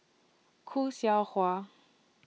Khoo Seow Hwa